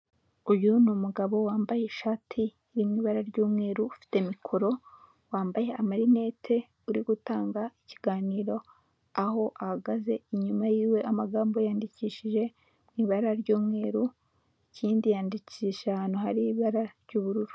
Uyu ni umugabo wambaye ishati iri mu ibara ry'umweru, ufite mikoro, wambaye amarinete, uri gutanga ikiganiro, aho ahagaze inyuma yiwe amagambo yandikishije mu ibara ry'umweru, ikindi yandikishije ahantu hari ibara ry'ubururu.